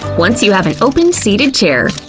once you have an open seated chair,